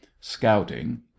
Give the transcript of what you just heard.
scouting